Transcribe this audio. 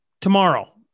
tomorrow